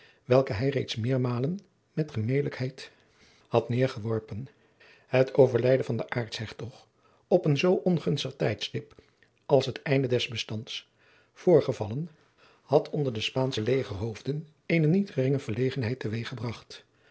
welken hij reeds meermalen met gemelijkheid had nedergeworpen het overlijden van den aartshertog op een zoo ongunstig tijdstip als het einde des bestands voorgevallen had onder de spaansche legerhoofden eene niet geringe verlegenheid te weeg gebracht